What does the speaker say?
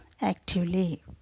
actively